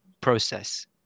process